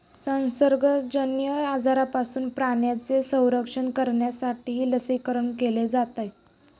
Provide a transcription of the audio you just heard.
संसर्गजन्य आजारांपासून प्राण्यांचे संरक्षण करण्यासाठीही लसीकरण केले जाते